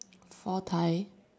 佛台